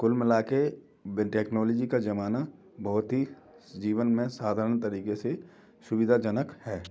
कुल मिला के टेक्नोलॉजी का ज़माना बहुत ही जीवन में साधारण तरीके से सुविधाजनक है